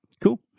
Cool